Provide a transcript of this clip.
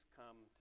come